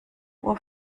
uhr